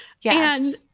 Yes